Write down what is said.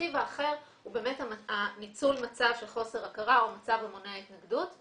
הנתיב האחר הוא באמת ניצול מצב של חוסר הכרה או מצב המונע התנגדות,